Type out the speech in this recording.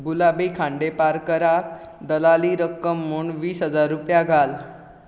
गुलाबी खांडेपारकारक दलाली रक्कम म्हणून वीस हजार रुपया घाल